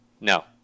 no